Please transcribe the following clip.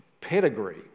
pedigree